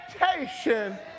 expectation